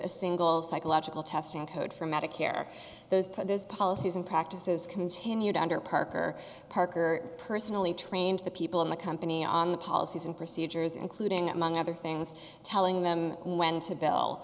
a single psychological testing code for medicare those put those policies and practices continued under parker parker personally trained the people in the company on the policies and procedures including among other things telling them when to bill